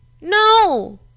no